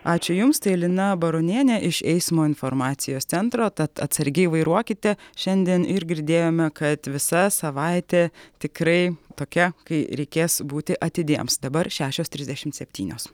ačiū jums tai lina baronienė iš eismo informacijos centro tad atsargiai vairuokite šiandien ir girdėjome kad visa savaitė tikrai tokia kai reikės būti atidiems dabar šešios trisdešim septynios